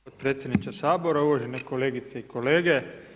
potpredsjeniče Sabora, uvaženi kolegice i kolege.